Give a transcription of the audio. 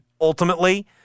ultimately